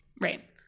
Right